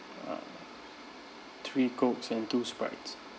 uh three cokes and two sprites